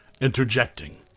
interjecting